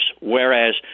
Whereas